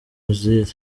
uzziel